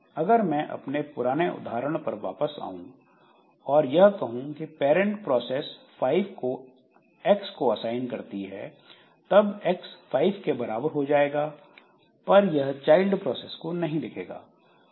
अगर मैं अपने पुराने उदाहरण पर वापस जाऊं और यह कहूं कि पैरंट प्रोसेस 5 को एक्स को असाइन करती है तब X 5 के बराबर हो जाएगा पर यह चाइल्ड प्रोसेस को नहीं दिखेगा